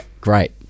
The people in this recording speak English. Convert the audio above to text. great